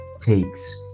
takes